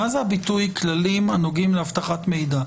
מה זה הביטוי "כללים הנוגעים לאבטחת מידע"?